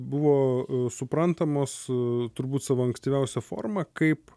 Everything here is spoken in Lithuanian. buvo suprantamos su turbūt savo ankstyviausio forma kaip